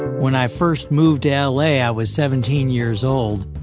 when i first moved yeah like i ah was seventeen years old.